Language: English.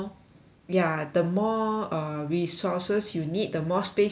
ya the more uh resources you need the more space you need right